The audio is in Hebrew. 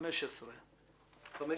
התשע"ח-2017,